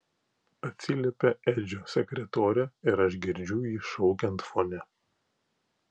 atsiliepia edžio sekretorė ir aš girdžiu jį šaukiant fone